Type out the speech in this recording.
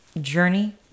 journey